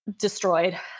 destroyed